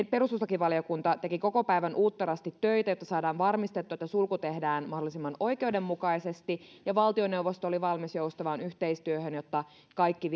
perustuslakivaliokunta teki koko päivän uutterasti töitä jotta saadaan varmistettua että sulku tehdään mahdollisimman oikeudenmukaisesti ja valtioneuvosto oli valmis joustavaan yhteistyöhön jotta kaikki